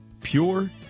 Pure